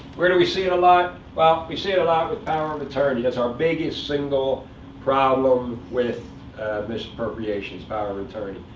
where do we see it a lot? well, we see it a lot with power of attorney. that's our biggest single problem with misappropriation, is power of attorney.